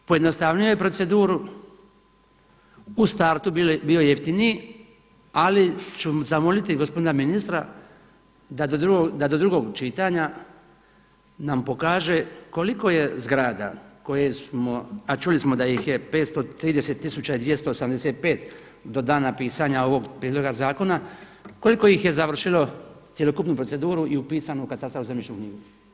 Pojednostavio je proceduru, u startu je bio jeftiniji, ali ću zamoliti gospodina ministra da do drugog čitanja nam pokaže koliko je zgrada koje smo, a čuli smo da ih je 530 tisuća i 285 do dana pisanja ovoga prijedloga zakona, koliko ih je završilo cjelokupnu proceduru i upisano u katastar i zemljišnu knjigu.